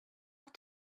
have